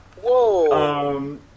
Whoa